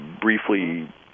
briefly